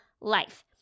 life